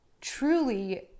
truly